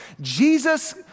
Jesus